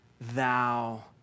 thou